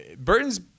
Burton's